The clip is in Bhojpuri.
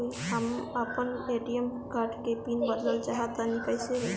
हम आपन ए.टी.एम कार्ड के पीन बदलल चाहऽ तनि कइसे होई?